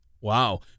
Wow